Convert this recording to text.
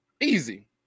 Easy